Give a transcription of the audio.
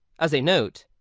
as a note,